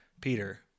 Peter